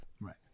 right